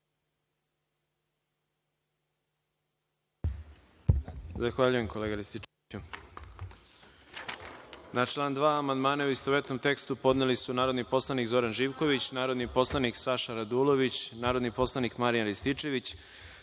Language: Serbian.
Zahvaljujem kolega Rističeviću. Na član 2. amandmane, u istovetnom tekstu, podneli su narodni poslanik Zoran Živković, narodni poslanik Saša Radulović, narodni poslanik Marijan Rističević,